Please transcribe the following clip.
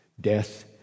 death